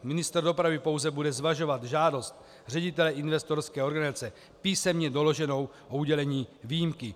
Ministr dopravy pouze bude zvažovat žádost ředitele investorské organizace písemně doloženou o udělení výjimky.